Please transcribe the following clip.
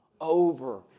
over